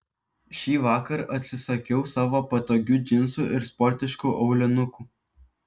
šįvakar atsisakiau savo patogių džinsų ir sportiškų aulinukų